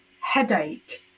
headache